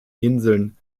inseln